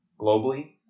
globally